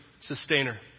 sustainer